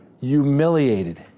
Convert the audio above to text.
humiliated